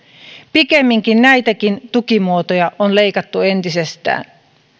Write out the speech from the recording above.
pikemminkin näitäkin tukimuotoja on leikattu entisestään